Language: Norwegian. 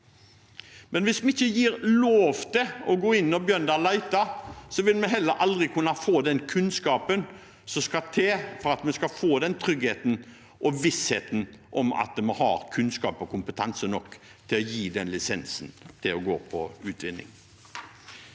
Men hvis vi ikke gir lov til å gå inn og begynne å lete, vil vi heller aldri kunne få den kunnskapen som skal til for at vi skal få trygghet og visshet om at vi har kunnskap og kompetanse nok til å gi en lisens til å gå for utvinning.